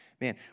Man